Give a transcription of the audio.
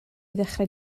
ddechrau